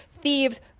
thieves